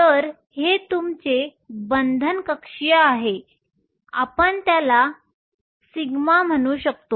तर हे तुमचे बंधन कक्षीय आहे आम्ही त्याला σ म्हणू शकतो